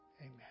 Amen